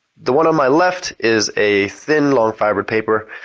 the one on my left is a thin long fiber paper